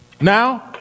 now